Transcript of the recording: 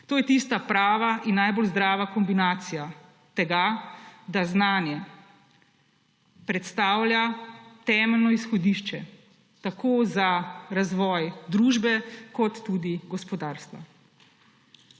To je tista prava in najbolj zdrava kombinacija tega, da znanje predstavlja temeljno izhodišče tako za razvoj družbe kot tudi gospodarstva.